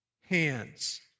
hands